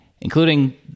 including